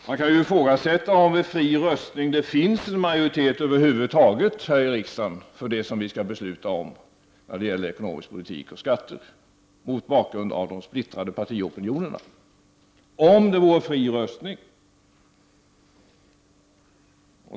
Man kan fråga sig: Finns det en majoritet över huvud taget här i riksdagen för det vi skall besluta om när det gäller ekonomisk politik och skatter, mot bakgrund av de splittrade partiopinionerna, om det vore fri röstning?